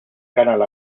canal